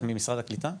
את ממשרד הקליטה?